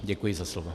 Děkuji za slovo.